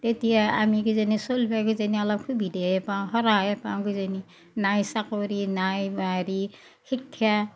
তেতিয়া আমি কিজানি চলবা কিজানি অলপ সুবিধায়ে পাওঁ সৰাহে পাওঁ কিজানি নাই চাকৰি নাই হেৰি শিক্ষা